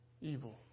evil